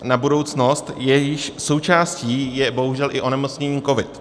Na budoucnost, jejíž součástí je bohužel i onemocnění covid.